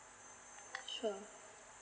sure